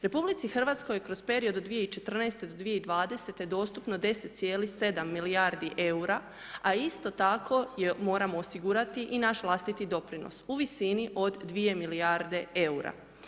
Republici Hrvatskoj je kroz period od 2014. do 2020. dostupno 10,7 milijardi EUR-a, a isto tako moramo osigurati i naš vlastiti doprinos, u visini od 2 milijarde EUR-a.